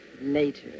later